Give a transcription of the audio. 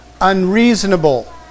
unreasonable